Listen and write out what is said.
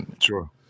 sure